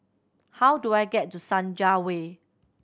how do I get to Senja Way